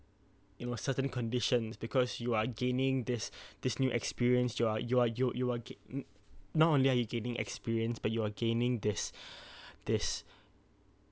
in you know certain conditions because you are gaining this this new experience you are you are you you are gain not only are you gaining experience but you are gaining this this